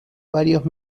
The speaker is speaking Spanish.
varios